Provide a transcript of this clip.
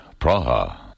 Praha